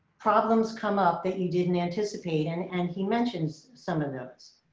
problems come up that you didn't anticipate. and and he mentioned some of those.